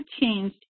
changed